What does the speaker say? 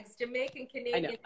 Jamaican-Canadian